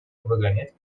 выгонять